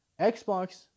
Xbox